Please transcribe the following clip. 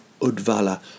Udvala